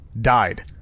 died